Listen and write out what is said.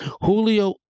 Julio